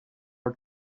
are